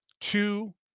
two